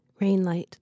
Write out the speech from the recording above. Rainlight